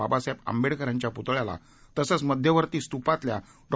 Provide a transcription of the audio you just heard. बाबासाहेब आंबेडकर यांच्या पुतळ्याला तसेच मध्यवर्ती स्तुपातल्या डॉ